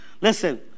Listen